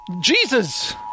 Jesus